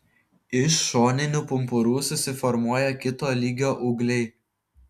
iš šoninių pumpurų susiformuoja kito lygio ūgliai